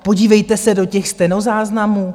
Podívejte se do těch stenozáznamů.